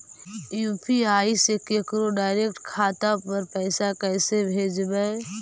UPI से केकरो direct खाता पर पैसा कैसे भेजबै?